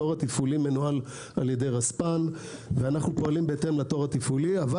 התור התפעולי מנוהל על ידי רספ"ן ואנחנו פועלים בהתאם לתור התפעולי אבל